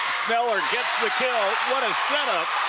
sneller gets the kill. what a setup